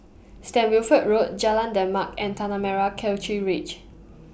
Saint Wilfred Road Jalan Demak and Tanah Merah Kechil Ridge